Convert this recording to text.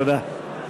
תודה.